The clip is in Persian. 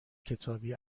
کتابی